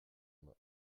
main